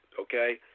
okay